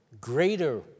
greater